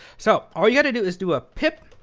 so all you've got to do is do a pip,